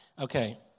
Okay